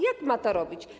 Jak ma to robić?